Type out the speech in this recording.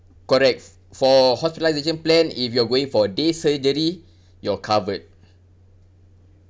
correct for hospitalisation plan if you're going for day surgery you're covered